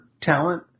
talent